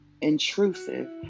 intrusive